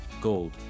gold